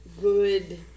good